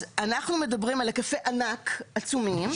אז אנחנו מדברים על היקפי ענק, עצומים.